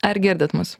ar girdite mus